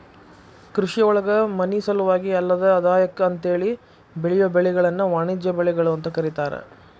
ಕೃಷಿಯೊಳಗ ಮನಿಸಲುವಾಗಿ ಅಲ್ಲದ ಆದಾಯಕ್ಕ ಅಂತೇಳಿ ಬೆಳಿಯೋ ಬೆಳಿಗಳನ್ನ ವಾಣಿಜ್ಯ ಬೆಳಿಗಳು ಅಂತ ಕರೇತಾರ